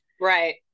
Right